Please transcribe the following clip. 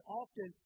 often